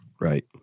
Right